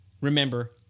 Remember